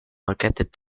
marketed